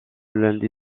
lundi